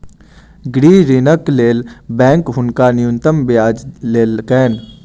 गृह ऋणक लेल बैंक हुनका न्यूनतम ब्याज लेलकैन